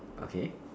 okay